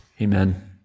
Amen